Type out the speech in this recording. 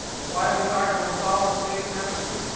and why do we talk about solid state chemistry?